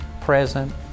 present